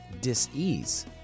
dis-ease